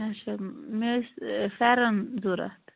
اَچھا مےٚ ٲسۍ فٮ۪رن ضوٚرَتھ